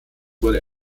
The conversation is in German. wurde